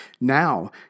Now